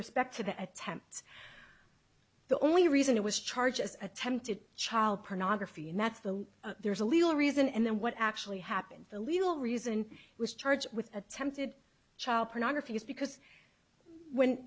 respect to the attempts the only reason it was charges attempted child pornography and that's the there's a legal reason and then what actually happened the legal reason was charged with attempted child pornography just because when